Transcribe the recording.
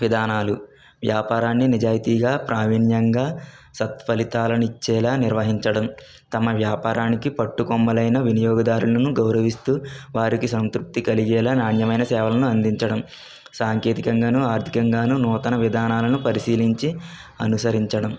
విధానాలు వ్యాపారాన్ని నిజాయితీగా ప్రావీణ్యంగా సత్ఫలితాలను ఇచ్చేలా నిర్వహించడం తమ వ్యాపారానికి పట్టుకొమ్మలైనా వినియోగదారులను గౌరవిస్తూ వారికి సంతృప్తి కలిగేలా నాణ్యమైన సేవలను అందించడం సాంకేతికంగాను ఆర్ధికంగాను నూతన విధానాలను పరిశీలించి అనుసరించడం